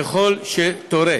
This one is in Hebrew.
ככל שתורה.